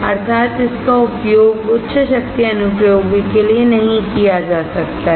अर्थात इसका उपयोग उच्च शक्ति अनुप्रयोगों के लिए नहीं किया जा सकता है